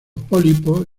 pólipos